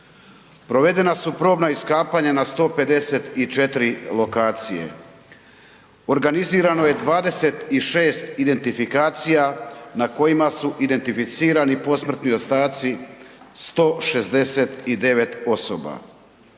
Provedena su probna iskapanja na 154 lokacije, organizirano je 26 identifikacija na kojima su identificirani posmrtni ostaci 169 osoba.